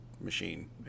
machine